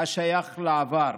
השייך לעבר.